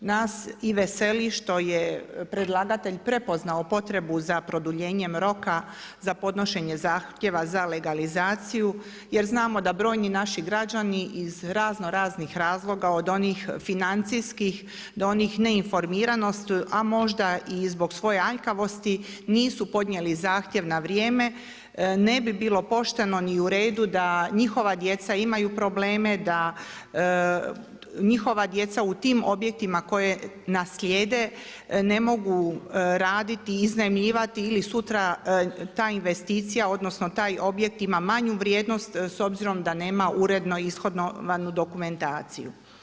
Nas i veseli što je predlagatelj prepoznao potrebu za produljenjem roka za podnošenje zahtjeva za legalizaciju, jer znamo da brojni naši građani iz razno raznih razloga od onih financijskih do onih neinformiranosti, a možda i zbog svoje aljkavosti nisu podnijeli zahtjev na vrijeme ne bi bilo pošteno ni u redu da njihova djeca imaju probleme, da njihova djeca u tim objektima koje naslijede ne mogu raditi, iznajmljivati ili sutra ta investicija, odnosno taj objekt ima manju vrijednost s obzirom da nema uredno ishodovanu dokumentaciju.